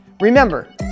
Remember